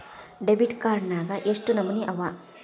Debit card ನ್ಯಾಗ್ ಯೆಷ್ಟ್ ನಮನಿ ಅವ?